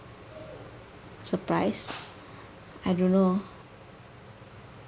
surprise I don't know